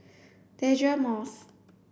Deirdre Moss